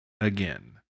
again